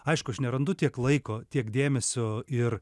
aišku aš nerandu tiek laiko tiek dėmesio ir